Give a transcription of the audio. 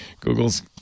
Google's